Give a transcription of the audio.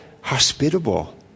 hospitable